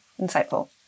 insightful